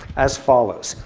as follows.